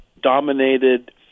dominated